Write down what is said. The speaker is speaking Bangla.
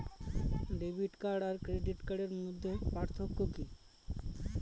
ডেবিট কার্ড আর ক্রেডিট কার্ডের মধ্যে পার্থক্য কি?